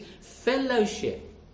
fellowship